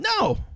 No